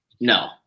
No